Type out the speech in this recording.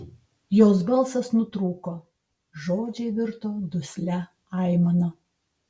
jos balsas nutrūko žodžiai virto duslia aimana